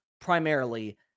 primarily